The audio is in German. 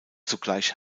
zugleich